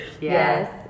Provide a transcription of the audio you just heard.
Yes